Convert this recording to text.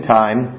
time